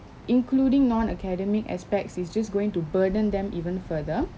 including non academic aspects is just going to burden them even further